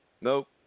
Nope